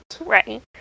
Right